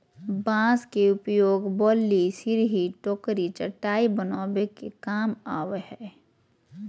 बांस के उपयोग बल्ली, सिरही, टोकरी, चटाय बनावे के काम आवय हइ